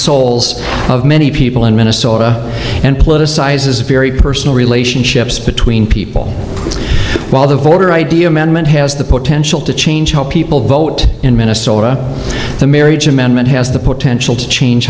souls of many people in minnesota and politicizes a very personal relationships between people while the voter id amendment has the potential to change how people vote in minnesota the marriage amendment has the potential to change